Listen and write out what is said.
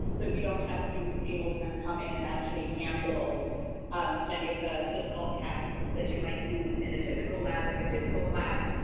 so if you don't have students able to kind of come in and actually handle many of the the skull casts that you might use in a typical lab or in a typical class,